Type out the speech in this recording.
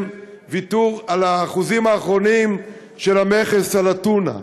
ויתור על האחוזים האחרונים של המכס על הטונה.